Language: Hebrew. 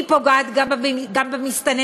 היא פוגעת גם במסתננים,